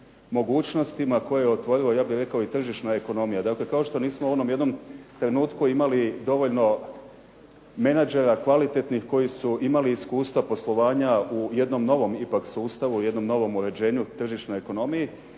mogućnostima koje je otvorila, ja bih rekao i tržišna ekonomija. Dakle, kao što nismo u onom jednim trenutku imali dovoljno menadžera kvalitetnih koji su imali iskustva poslovanja u jednom novom sustavu, u jednom novom uređenju tržišnoj ekonomiji,